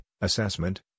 assessment